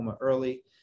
early